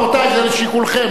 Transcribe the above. רבותי, זה לשיקולכם.